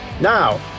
Now